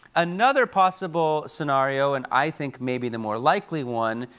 another possible scenario, and i think maybe the more likely one,